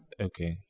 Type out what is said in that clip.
Okay